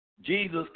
Jesus